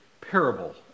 parable